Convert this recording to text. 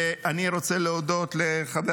ואני רוצה להודות לחבר